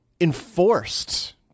enforced